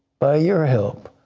by your help,